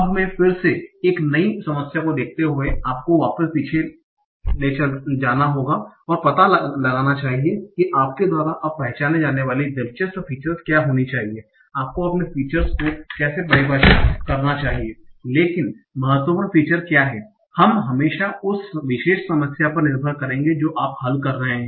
अब फिर से एक नई समस्या को देखते हुए आपको वापस पीछे जाना होगा और पता लगाना चाहिए कि आपके द्वारा अब पहचानी जाने वाली दिलचस्प फीचर्स क्या होनी चाहिए आपको अपने फीचर्स को कैसे परिभाषित करना चाहिए लेकिन महत्वपूर्ण फीचर्स क्या हैं हम हमेशा उस विशेष समस्या पर निर्भर करेंगे जो आप हल कर रहे हैं